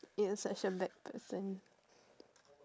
you are such a bad person